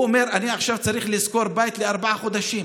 הוא אומר: אני עכשיו צריך לשכור בית לארבעה חודשים.